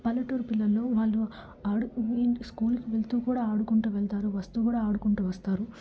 పల్లెటూరు పిల్లల్లో వాళ్ళు ఆడు ఇం స్కూలుకి వెళ్తూ కూడా ఆడుకుంటూ వెళ్తారు వస్తూ కూడా ఆడుకుంటూ వస్తారు